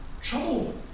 Trouble